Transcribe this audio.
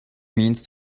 means